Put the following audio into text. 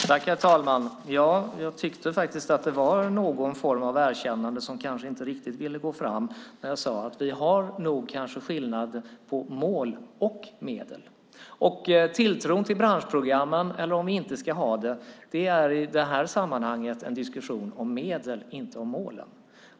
Herr talman! Jag tyckte att det var någon form av erkännande som kanske inte riktigt ville gå fram när jag sade att vi nog har skillnader i mål och medel. Tilltron till branschprogrammen eller om vi inte ska ha dem är i det här sammanhanget en diskussion om medel, inte om målen.